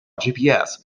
gps